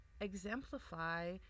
exemplify